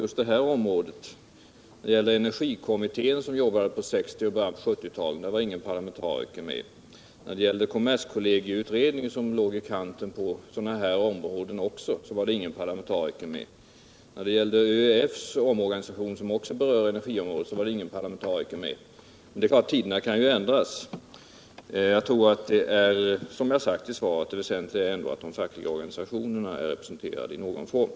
I energikom mittén, som arbetade på 1960 och i början av 1970-talet, fanns det ingen parlamentariker. Inte heller i kommerskollegieutredningen, som arbetade i utkanten av detta område, fanns det någon parlamentariker med. I planeringen av ÖEF:s omorganisation deltog inte någon parlamentariker. Men tiderna kan självfallet förändras. Jag tror ändå, som jag sagt i mitt svar, att det väsentliga är att de fackliga organisationerna är representerade i någon form.